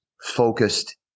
focused